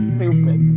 Stupid